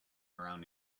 around